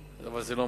אבל זה לא מספיק.